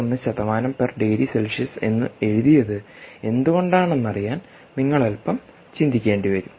11 ° C എന്ന് എഴുതിയത് എന്തുകൊണ്ടാണെന്ന് അറിയാൻ നിങ്ങൾ അൽപ്പം ചിന്തിക്കേണ്ടി വരും